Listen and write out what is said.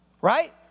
right